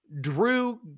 Drew